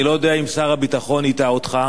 אני לא יודע אם שר הביטחון הטעה אותך,